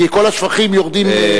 כי כל השפכים יורדים מהר חברון.